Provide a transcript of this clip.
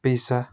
पिसा